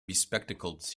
bespectacled